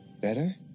better